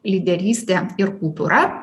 lyderystė ir kultūra